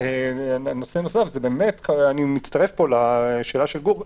אני מצטרף פה לשאלה של גור,